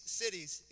cities